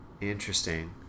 Interesting